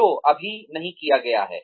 जो अभी नहीं किया गया है